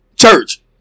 church